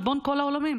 ריבון כל העולמים?